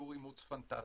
שיעורים אימוץ פנטסטי.